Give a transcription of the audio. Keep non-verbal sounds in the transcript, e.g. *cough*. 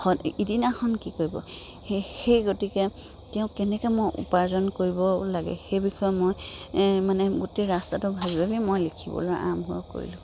*unintelligible* ইদিনাখন কি কৰিব সেই সেই গতিকে তেওঁ কেনেকৈ মই উপাৰ্জন কৰিব লাগে সেই বিষয়ে মই মানে গোটেই ৰাস্তাটো ভাবি ভাবি মই লিখিবলৈ আৰম্ভ কৰিলোঁ